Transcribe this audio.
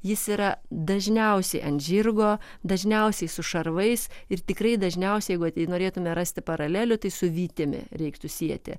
jis yra dažniausiai ant žirgo dažniausiai su šarvais ir tikrai dažniausiai jeigu norėtume rasti paralelių tai su vytimi reiktų sieti